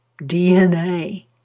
DNA